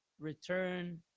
return